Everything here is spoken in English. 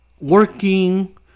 working